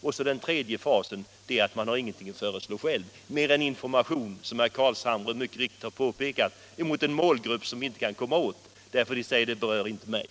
Det sista momentet karakteriseras av att man inte har någonting att föreslå själv — mer än att lämna information mot en målgrupp vilken, som herr Carlshamre mycket riktigt har påpekat, vi inte kan komma åt därför att man inom den har attityden ”det berör inte mig”.